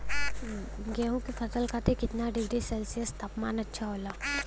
गेहूँ के फसल खातीर कितना डिग्री सेल्सीयस तापमान अच्छा होला?